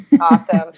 Awesome